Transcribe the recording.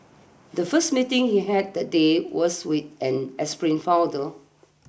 the first meeting he had that day was with an aspiring founder